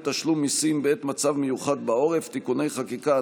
תשלום מיסים בעת מצב מיוחד בעורף (תיקוני חקיקה),